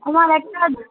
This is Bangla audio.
আমার একটা